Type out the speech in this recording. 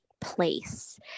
place